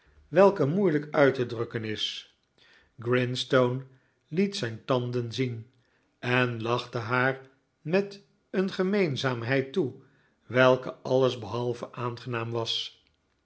welke moeilijk uit te drukken is grinstone liet zijn tanden zien en lachte haar met een gemeenzaamheid toe welke alles behalve aangenaam was